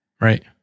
Right